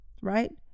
right